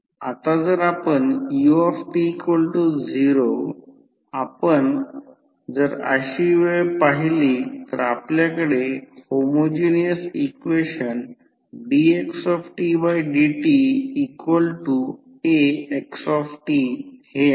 आता जर आपण ut0 आपण जर अशी वेळ पहिली तर आपल्याकडे होमोजिनियस इक्वेशन dxdtAxtहे आहे